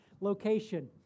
location